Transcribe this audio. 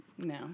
No